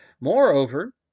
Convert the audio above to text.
Moreover